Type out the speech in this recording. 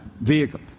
vehicle